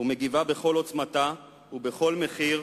ומגיבה בכל עוצמתה ובכל מחיר,